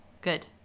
Good